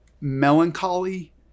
melancholy